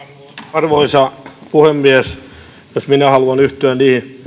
arvoisa puhemies myös minä haluan yhtyä